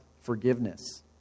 forgiveness